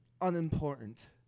unimportant